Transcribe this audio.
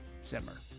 simmer